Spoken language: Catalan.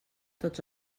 tots